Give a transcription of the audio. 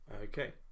Okay